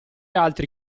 altri